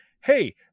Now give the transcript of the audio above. Hey